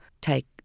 take